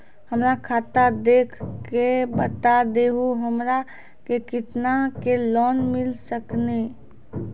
हमरा खाता देख के बता देहु हमरा के केतना के लोन मिल सकनी?